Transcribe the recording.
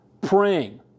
praying